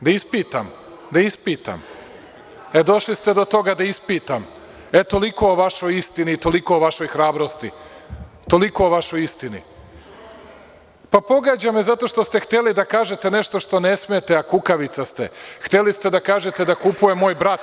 Da ispitam, da ispitam, e došli ste do toga da ispitam, e toliko o vašoj istini i toliko o vašoj hrabrosti, toliko o vašoj istini. (Milan Lapčević, s mesta: Što vas to pogađa?) Pa pogađa me zato što ste hteli da kažete nešto što ne smete, a kukavica ste, hteli ste da kažete da kupuje moj brat.